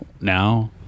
now